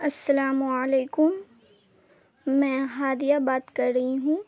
السلام علیکم میں ہادیہ بات کر رہی ہوں